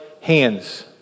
hands